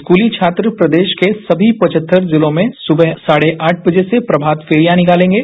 स्कूली छात्र प्रदेश के समी पवहत्तर जिलों में सुबह साद्वे आठ बजे से प्रभात फरियां निकालेंगे